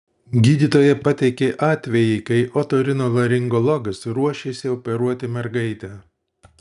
gydytoja pateikė atvejį kai otorinolaringologas ruošėsi operuoti mergaitę